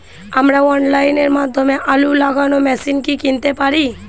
আমরা অনলাইনের মাধ্যমে আলু লাগানো মেশিন কি কিনতে পারি?